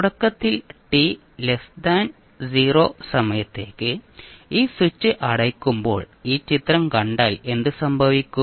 തുടക്കത്തിൽ t0 സമയത്തേക്ക് ഈ സ്വിച്ച് അടയ്ക്കുമ്പോൾ ഈ ചിത്രം കണ്ടാൽ എന്ത് സംഭവിക്കും